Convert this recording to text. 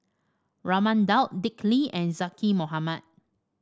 Raman Daud Dick Lee and Zaqy Mohamad